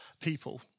people